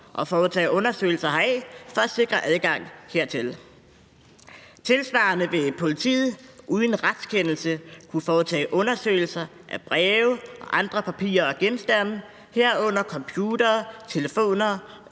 og foretage undersøgelser heraf for at sikre adgang hertil. Tilsvarende vil politiet uden retskendelse kunne foretage undersøgelse af breve og andre papirer og genstande, herunder computere, telefoner